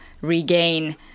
regain